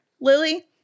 Lily